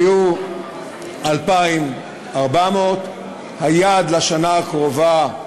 היו 2,400. היעד לשנה הקרובה,